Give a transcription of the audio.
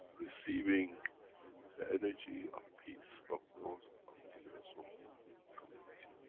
receiving the energy of peace from those of the universal community,